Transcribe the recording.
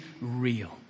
real